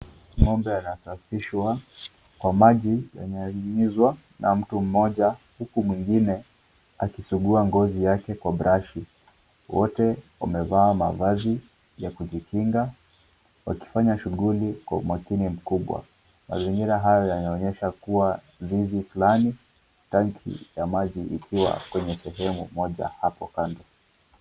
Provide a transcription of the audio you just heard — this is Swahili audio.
Ng'ombe anasafishwa kwa maji yanayonyunyizwa na mtu mmoja huku mwingine akisugua ngozi yake kwa brashi. Wote wamevaa mavazi ya kujikinga wakifanya shughuli kwa umakini mkubwa. Mazingira hayo yanaonyesha kuwa zizi fulani, tanki ya maji ikiwa kwenye sehemu moja hapo kando.